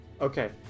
Okay